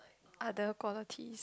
other qualities